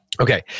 Okay